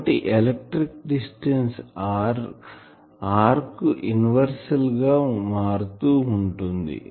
ఒకటి electric distance r కు inverse గా మారుతూ ఉంటుంది